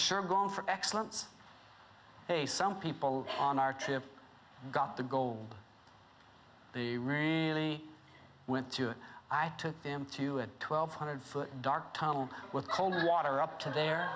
sure going for excellence hey some people on our trip got the gold the rarely went to it i took them to a twelve hundred foot dark tunnel with cold water up to the